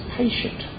patient